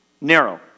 narrow